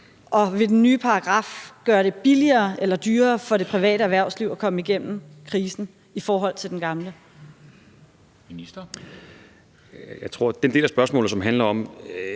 Og vil den nye paragraf gøre det billigere eller dyrere for det private erhvervsliv at komme igennem krisen i forhold til den gamle paragraf? Kl. 11:56 Formanden